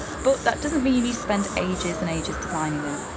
but that doesn't mean you spend ages and ages designing them.